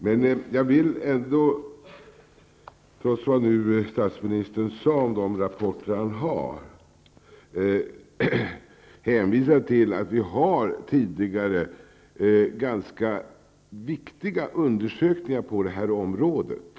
Men jag vill ändå, trots vad nu statsministern sade om de rapporter han har, hänvisa till att det tidigare har gjorts ganska viktiga undersökningar på det här området.